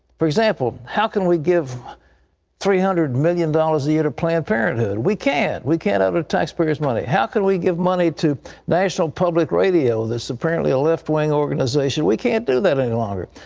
for example, how can we give three hundred million dollars a year to planned parenthood? we can't. we can't out of taxpayer's money. how can we give money to national public radio, this apparently left wing organization? we can't do that any longer.